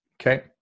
Okay